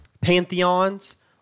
pantheons